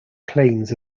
claims